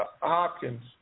Hopkins